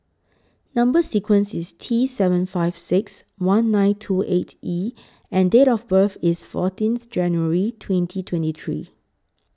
Number sequence IS T seven five six one nine two eight E and Date of birth IS fourteenth January twenty twenty three